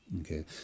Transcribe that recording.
okay